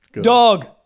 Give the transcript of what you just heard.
Dog